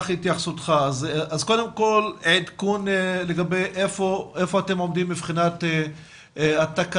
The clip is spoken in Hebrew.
אז קודם כל עדכון לגבי איפה אתם עומדים מבחינת התקנות,